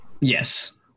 Yes